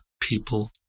people